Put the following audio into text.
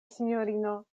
sinjorino